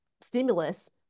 stimulus